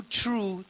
true